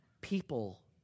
People